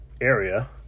area